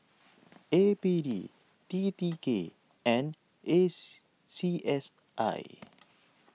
A P D T T K and s C S I